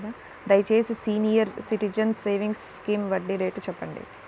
దయచేసి senior citizens savings scheme వడ్డీ rate చెప్పండి